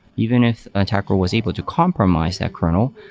even if attacker was able to compromise that kernel,